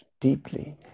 deeply